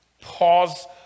Pause